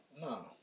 No